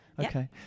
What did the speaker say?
Okay